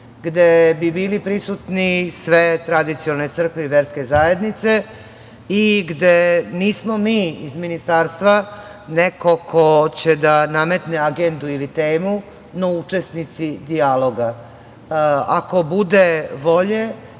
gde bi bili prisutni sve tradicionalne crkve i verske zajednice i gde nismo mi iz Ministarstva neko ko će da nametne agendu ili temu, no učesnici dijaloga. Ako bude volje